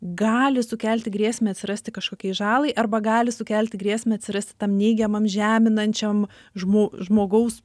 gali sukelti grėsmę atsirasti kažkokiai žalai arba gali sukelti grėsmę atsirasti tam neigiamam žeminančiam žmo žmogaus